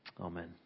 Amen